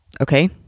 Okay